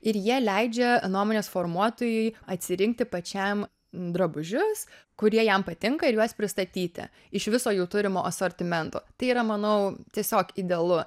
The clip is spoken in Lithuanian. ir jie leidžia nuomonės formuotojui atsirinkti pačiam drabužius kurie jam patinka ir juos pristatyti iš viso jų turimo asortimento tai yra manau tiesiog idealu